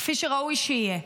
כפי שראוי שיהיה.